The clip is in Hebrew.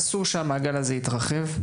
אסור שהמעגל הזה יתרחב.